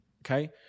okay